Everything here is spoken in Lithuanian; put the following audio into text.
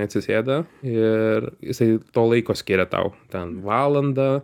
atsisėda ir jisai to laiko skiria tau ten valandą